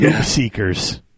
Seekers